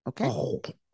okay